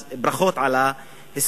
אז ברכות על ההסכם,